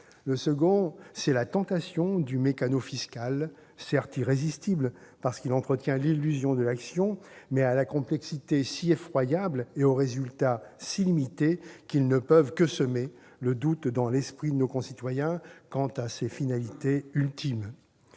Le second, c'est la tentation du meccano fiscal, certes irrésistible, parce qu'il entretient l'illusion de l'action, mais à la complexité si effroyable et aux résultats si limités qu'ils ne peuvent que semer le doute dans l'esprit de nos concitoyens quant à ses finalités ultimes.